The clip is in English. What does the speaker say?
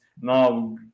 Now